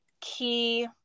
key